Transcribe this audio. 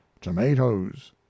tomatoes